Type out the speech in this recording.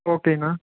ஓகேண்ணா